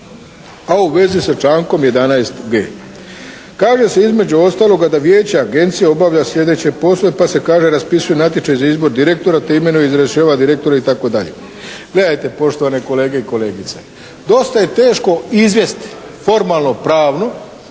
a u vezi sa člankom 11.g. Kaže se između ostaloga da vijeće agencije obavlja sljedeće poslove, pa se kaže raspisuje natječaj za izbor direktora te imenuje i razrješava direktore itd. Gledajte poštovane kolege i kolegice, dosta je teško izvesti formalnopravnu